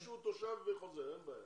במקרה שהוא תושב חוזר, אין בעיה.